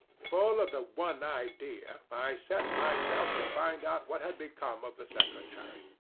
full of the one idea, i set myself to find out what had become of the secretary.